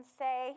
say